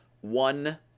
one